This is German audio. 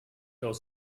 aus